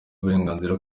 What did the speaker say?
uburenganzira